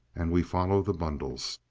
and we follow the bundles.